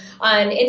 on